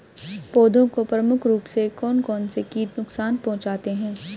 पौधों को प्रमुख रूप से कौन कौन से कीट नुकसान पहुंचाते हैं?